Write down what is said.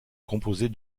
composée